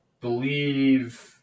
believe